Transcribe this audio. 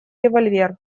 револьвер